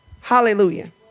Hallelujah